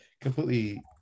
completely